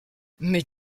mais